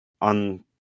on